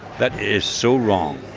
that is so wrong,